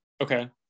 okay